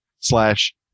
slash